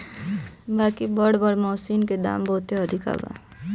बाकि बड़ बड़ मशीन के दाम बहुते अधिका बाटे